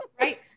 right